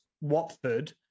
Watford